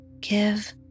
give